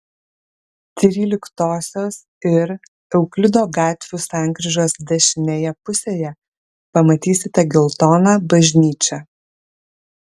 tryliktosios ir euklido gatvių sankryžos dešinėje pusėje pamatysite geltoną bažnyčią